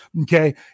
Okay